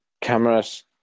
cameras